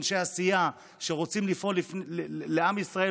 אנשי עשייה שרוצים לפעול לעם ישראל,